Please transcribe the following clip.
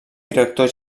director